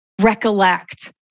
recollect